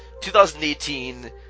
2018